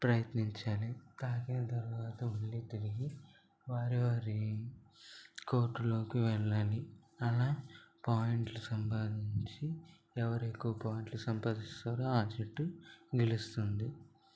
ప్రయత్నించాలి తాకిన తరువాత మళ్ళీ తిరిగి వారి వారి కోర్టులోకి వెళ్ళాలి అలా పాయింట్లు సంపాదించి ఎవరు ఎక్కువ పాయింట్లు సంపాదిస్తారో ఆ జట్టు గెలుస్తుంది